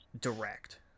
direct